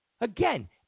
Again